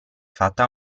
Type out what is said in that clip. fatta